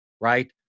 right